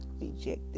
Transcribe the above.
rejected